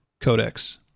Codex